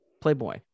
Playboy